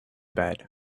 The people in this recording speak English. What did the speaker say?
bed